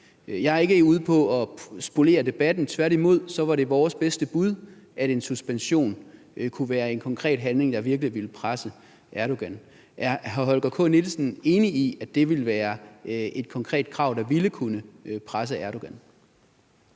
Jeg er ikke ude på at spolere debatten. Tværtimod var det vores bedste bud, at en suspension kunne være en konkret handling, der virkelig ville presse Erdogan. Er hr. Holger K. Nielsen enig i, at det ville være et konkret krav, der ville kunne presse Erdogan?